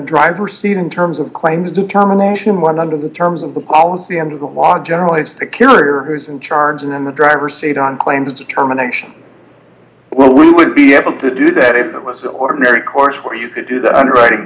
driver seat in terms of claims determination one under the terms of the policy end of the law generally it's the killer who's in charge and then the driver seat on claims determination well we would be able to do that if it was the ordinary course where you could do that underwriting